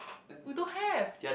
we don't have